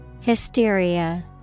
hysteria